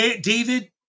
David